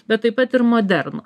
bet taip pat ir modernų